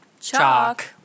chalk